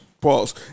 Pause